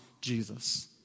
Jesus